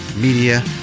Media